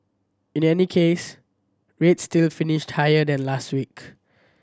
in any case rates still finished higher than last week